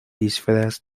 disfraz